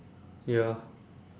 ya